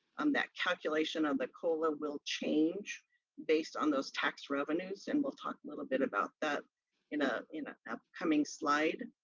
um that calculation of the cola will change based on those tax revenues, and we'll talk a little bit about that in ah in a upcoming slide.